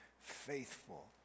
faithful